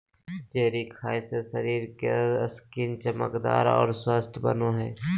cherry खाय से शरीर के स्किन चमकदार आर स्वस्थ बनो हय